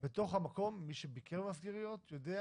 בתוך המקום, מי שביקר מסגריות, יודע